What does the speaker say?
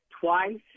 twice